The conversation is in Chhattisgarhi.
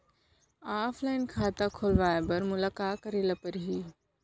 ऑफलाइन खाता खोलवाय बर मोला का करे ल परही?